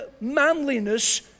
manliness